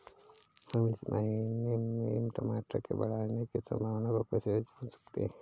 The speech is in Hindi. हम इस महीने में टमाटर के बढ़ने की संभावना को कैसे जान सकते हैं?